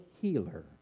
healer